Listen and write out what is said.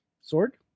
Sword